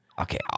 Okay